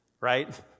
right